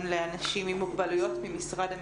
לאנשים עם מוגבלויות ממשרד המשפטים.